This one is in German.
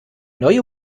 neue